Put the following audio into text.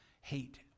hate